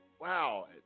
Wow